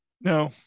No